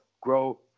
grow